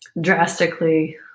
drastically